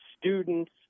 students